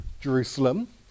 Jerusalem